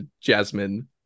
Jasmine